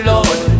Lord